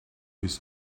his